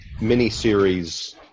miniseries